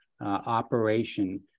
operation